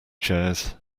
chairs